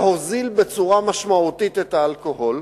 להוזיל בצורה משמעותית את האלכוהול,